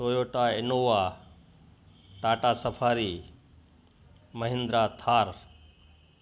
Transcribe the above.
Toyota Innova Tata safari Mahindra Thar